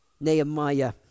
Nehemiah